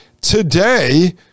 today